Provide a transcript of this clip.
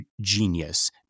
genius